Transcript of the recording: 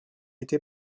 été